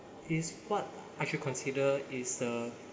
is what I should consider is the